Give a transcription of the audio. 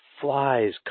flies